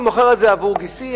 אני מוכר את זה עבור גיסי,